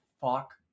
Fuck